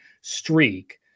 streak